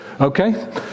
Okay